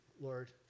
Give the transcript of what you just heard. Lord